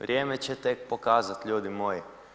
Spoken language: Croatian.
Vrijeme će tek pokazati, ljudi moji.